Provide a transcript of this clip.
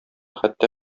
хәтта